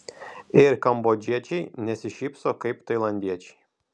ir kambodžiečiai nesišypso kaip tailandiečiai